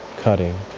cutting,